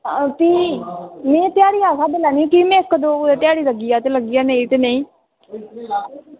में ध्याड़ियै स्हाबै लैन्नी होन्नी की के में इक्क दो ध्याड़ी लग्गी जा ते लग्गी जा नेईं ता नेईं